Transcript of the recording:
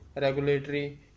Regulatory